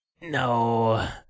No